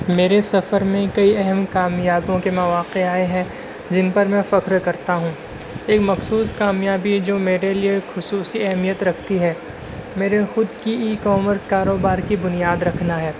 میرے سفر میں کئی اہم کامیابوں کے مواقع آئے ہیں جن پر میں فخر کرتا ہوں ایک مخصوص کامیابی جو میرے لیے خصوصی اہمیت رکھتی ہے میرے خود کی ای کومرس کاروبار کی بنیاد رکھنا ہے